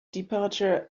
departure